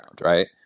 right